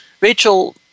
Rachel